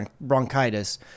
bronchitis